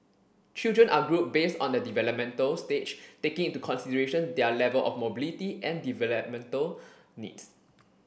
children are grouped based on their developmental stage taking into consideration their level of mobility and developmental needs